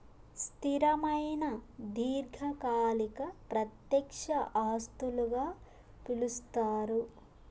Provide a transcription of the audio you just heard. స్థిరమైన దీర్ఘకాలిక ప్రత్యక్ష ఆస్తులుగా పిలుస్తారు